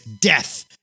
death